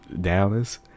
Dallas